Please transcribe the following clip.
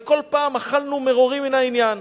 וכל פעם אכלנו מרורים מן העניין.